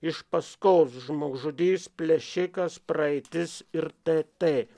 iš paskos žmogžudys plėšikas praeitis ir t t